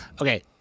Okay